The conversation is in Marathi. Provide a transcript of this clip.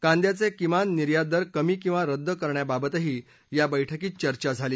कांद्याचे किमान निर्यात दर कमी किंवा रद्द करण्याबाबतही या बस्कीत चर्चा झाली